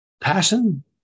Passion